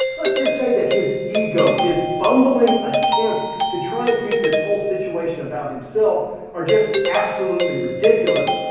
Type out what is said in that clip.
let's just say that his ego, his bumbling attempts to try and keep this whole situation about himself are just absolutely ridiculous,